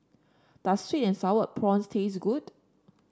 does sweet and sour prawns taste good